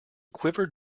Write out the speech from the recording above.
quivered